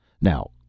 Now